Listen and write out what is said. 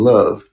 Love